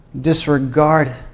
disregard